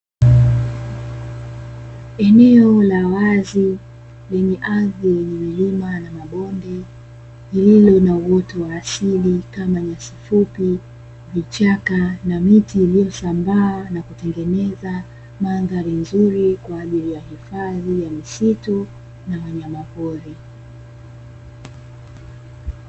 Eneo la wazi lenye ardhi yenye milima na mabonde lililo na uoto wa asili kama nyasi fupi, vichaka na miti iliyosambaa na kutengeneza mandhari nzuri, kwa ajili ya hifadhi ya misitu na wanyama pori.